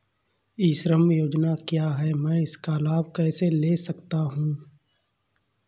ई श्रम योजना क्या है मैं इसका लाभ कैसे ले सकता हूँ?